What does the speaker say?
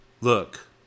Look